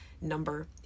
number